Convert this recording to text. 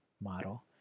model